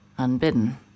Unbidden